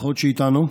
המשפחות שאיתנו,